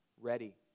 ready